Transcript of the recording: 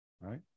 Right